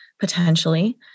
potentially